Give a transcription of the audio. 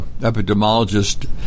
epidemiologist